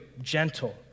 gentle